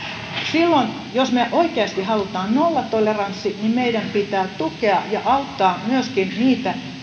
silloin jos me oikeasti haluamme nollatoleranssin meidän pitää tukea ja auttaa myöskin niitä